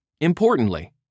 Importantly